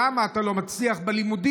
למה אתה לא מצליח בלימודים,